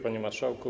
Panie Marszałku!